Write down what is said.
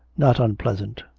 not unpleasant.